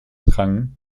rang